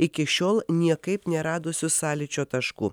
iki šiol niekaip neradusius sąlyčio taškų